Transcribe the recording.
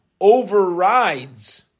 overrides